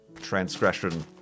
transgression